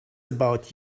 about